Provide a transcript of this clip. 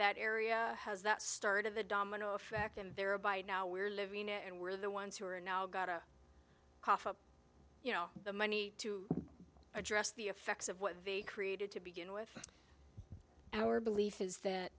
that area has that start of a domino effect and there are by now we're living it and we're the ones who are now got to cough up you know the money to address the effects of what they created to begin with our belief is that